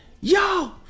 yo